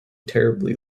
terribly